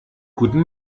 guten